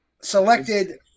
Selected